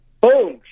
Boom